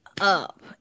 up